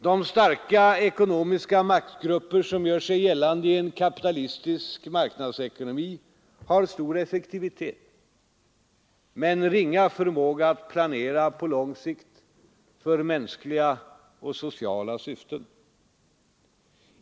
De starka ekonomiska maktgrupper som gör sig gällande i en kapitalistisk marknadsekonomi har stor effektivitet men ringa förmåga att planera på lång sikt för mänskliga och sociala syften.